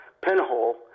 pinhole